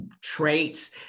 traits